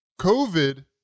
COVID